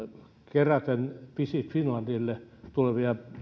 keräten business finlandille tulevia